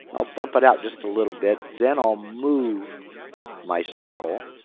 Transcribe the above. i'll bump it out just a little bit, then i'll move my circle.